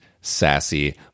sassy